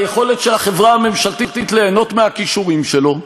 למה לפגוע ביכולת של החברה הממשלתית ליהנות מהכישורים שלו?